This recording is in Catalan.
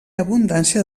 abundància